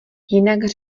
jinak